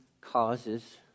causes